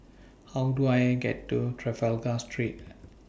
How Do I get to Trafalgar Street